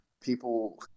People